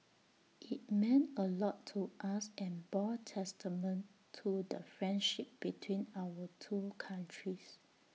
IT meant A lot to us and bore testament to the friendship between our two countries